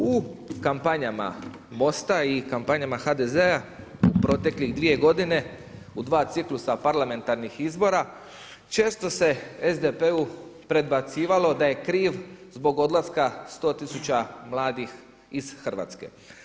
U kampanjama MOST-a i kampanjama HDZ-a u proteklih dvije godine u dva ciklusa parlamentarnih izbora često se SDP-u predbacivalo da je kriv zbog odlaska 100 tisuća mladih iz Hrvatske.